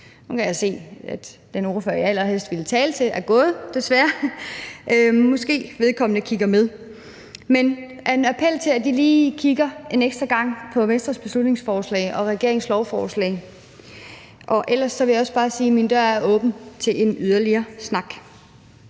Nu kan jeg se, at den ordfører, jeg allerhelst ville tale til, er gået, desværre. Måske kigger vedkommende med. Men jeg sender en appel til, at de lige kigger en ekstra gang på Venstres beslutningsforslag og regeringens lovforslag. Ellers vil jeg også bare sige, at min dør er åben for en yderligere snak.